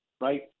right